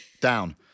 down